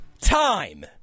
time